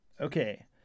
Okay